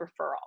referral